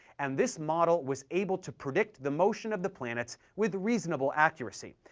and this model was able to predict the motion of the planets with reasonable accuracy.